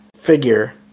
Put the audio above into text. figure